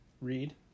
Read